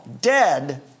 dead